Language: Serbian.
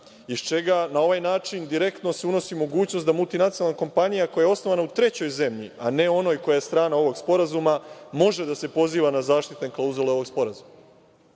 iz čega na ovaj način direktno se unosi mogućnost da multinacionalna kompanija koja je osnovana u trećoj zemlji, a ne u onoj koja je strana ovog sporazuma, može da se poziva na zaštitne klauzule ovog sporazuma.